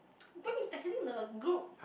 why you texting the group